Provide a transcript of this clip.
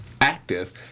active